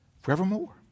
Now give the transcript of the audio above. forevermore